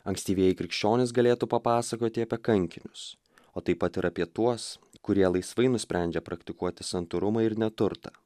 ankstyvieji krikščionys galėtų papasakoti apie kankinius o taip pat ir apie tuos kurie laisvai nusprendžia praktikuoti santūrumą ir neturtą